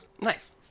Nice